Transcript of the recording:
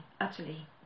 utterly